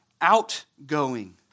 outgoing